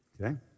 okay